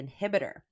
inhibitor